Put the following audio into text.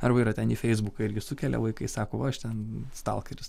arba yra ten į feisbuką irgi sukelia vaikai sako va aš ten stalkeris